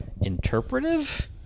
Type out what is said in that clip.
interpretive